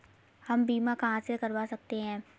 हम बीमा कहां से करवा सकते हैं?